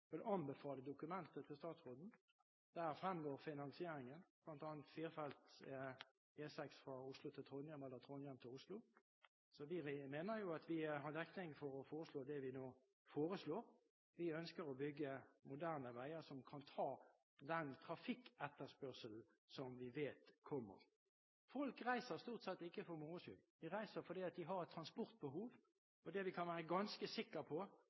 vil anbefale dokumentet til statsråden. Der fremgår finansieringen, bl.a. av firefelts E6 fra Oslo til Trondheim, eller fra Trondheim til Oslo, så vi mener jo at vi har dekning for å foreslå det vi nå foreslår. Vi ønsker å bygge moderne veier som kan ta den trafikketterspørselen som vi vet kommer. Folk reiser stort sett ikke for moro skyld. De reiser fordi de har et transportbehov. Det vi kan være ganske sikre på,